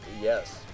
Yes